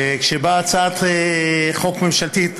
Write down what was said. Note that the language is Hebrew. כשבאה הצעת חוק ממשלתית,